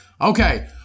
Okay